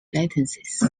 latencies